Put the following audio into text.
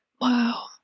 Wow